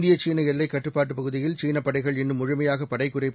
இந்தியசீனஎல்லைக் கட்டுப்பாட்டுபகுதியில் சீனபடைகள் இன்னும் முழுமையாகபடைகுறைப்பு